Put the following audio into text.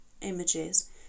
images